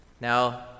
Now